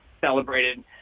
celebrated